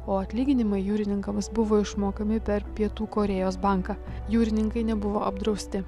o atlyginimai jūrininkams buvo išmokami per pietų korėjos banką jūrininkai nebuvo apdrausti